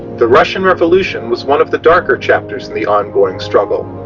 the russian revolution was one of the darker chapters in the ongoing struggle.